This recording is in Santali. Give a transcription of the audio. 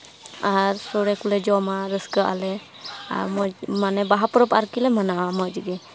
ᱟᱨ ᱥᱚᱲᱮᱹ ᱠᱚᱞᱮ ᱡᱚᱢᱟ ᱨᱟᱹᱥᱠᱟᱹᱜᱼᱟᱞᱮ ᱟᱨ ᱢᱚᱡᱽ ᱢᱟᱱᱮ ᱵᱟᱦᱟ ᱯᱚᱨᱚᱵᱽ ᱟᱨᱠᱤ ᱞᱮ ᱢᱟᱱᱟᱣᱟ ᱢᱚᱡᱽ ᱜᱮ